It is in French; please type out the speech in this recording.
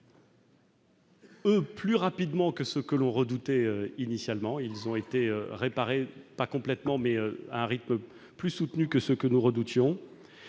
eux, plus rapidement que ce que l'on redoutait initialement. Ils ont été réparés, pas complètement, mais à un rythme plus soutenu que ce que nous redoutions.